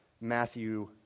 Matthew